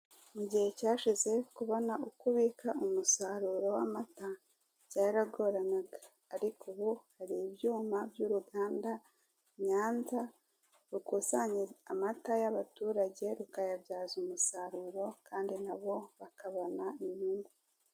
Mu gihe cyashize kubona uko ubika umusaruro w'amata byaragoranaga ariko ubu hari ibyuma by'uruganda nyanza rukusanya amata y'abaturage rukayabyaza umusaruro kandi nabo bakabona inyungu.